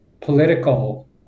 political